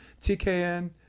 TKN